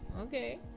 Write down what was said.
Okay